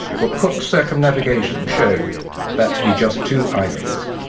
but cook's circumnavigation showed that to be just two islands.